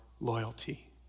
loyalty